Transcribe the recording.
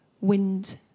wind